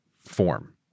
form